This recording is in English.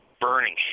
burning